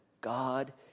God